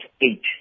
eight